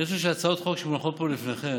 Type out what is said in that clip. אני חושב שהצעות החוק שמונחות כאן לפניכם,